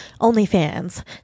OnlyFans